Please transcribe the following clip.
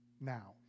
now